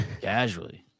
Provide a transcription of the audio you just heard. Casually